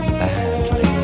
badly